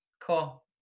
Cool